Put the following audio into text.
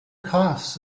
costs